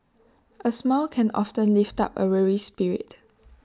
A smile can often lift up A weary spirit